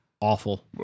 Awful